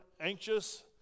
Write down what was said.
anxious